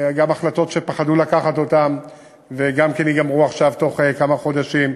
גם החלטות שפחדו לקבל וגם הן ייגמרו עכשיו תוך כמה חודשים.